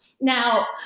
Now